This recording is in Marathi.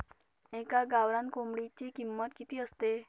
एका गावरान कोंबडीची किंमत किती असते?